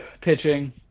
pitching